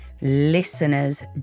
listeners